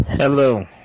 Hello